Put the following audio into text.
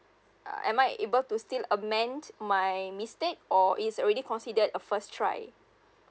uh am I able to still amend my mistake or is already considered a first try